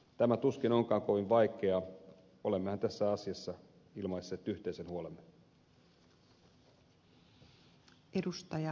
tämä tuskin onkaan kovin vaikeaa olemmehan tässä asiassa ilmaisseet yhteisen huolemme